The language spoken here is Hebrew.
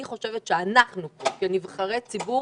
אני חושבת שאנחנו כנבחרי ציבור